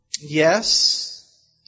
Yes